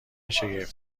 شگفت